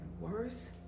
worse